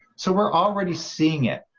so we're already seeing it,